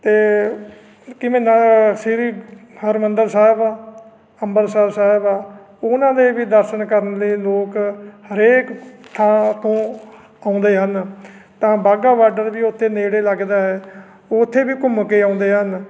ਅਤੇ ਕਿਵੇਂ ਨ ਸ਼੍ਰੀ ਹਰਿਮੰਦਰ ਸਾਹਿਬ ਅੰਬਰਸਰ ਸਾਹਿਬ ਆ ਉਹਨਾਂ ਦੇ ਵੀ ਦਰਸ਼ਨ ਕਰਨ ਲਈ ਲੋਕ ਹਰੇਕ ਥਾਂ ਤੋਂ ਆਉਂਦੇ ਹਨ ਤਾਂ ਬਾਘਾ ਬਾਡਰ ਵੀ ਉੱਥੇ ਨੇੜੇ ਲੱਗਦਾ ਹੈ ਉੱਥੇ ਵੀ ਘੁੰਮ ਕੇ ਆਉਂਦੇ ਹਨ